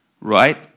right